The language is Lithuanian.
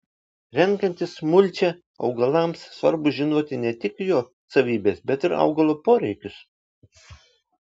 renkantis mulčią augalams svarbu žinoti ne tik jo savybes bet ir augalo poreikius